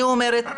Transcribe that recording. אני אומרת,